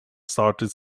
started